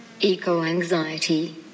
Eco-anxiety